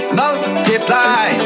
multiply